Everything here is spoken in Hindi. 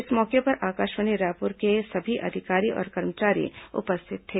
इस मौके पर आकाषवाणी रायपुर के सभी अधिकारी और कर्मचारी उपस्थित थे